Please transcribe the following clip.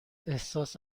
احساس